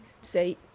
say